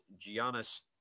Giannis